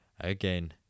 Again